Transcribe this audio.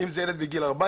אם זה ילד בן 14,